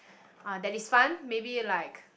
uh that is fun maybe like